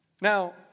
Now